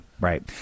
right